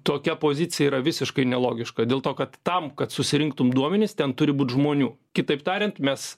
tokia pozicija yra visiškai nelogiška dėl to kad tam kad susirinktum duomenis ten turi būt žmonių kitaip tariant mes